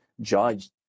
judged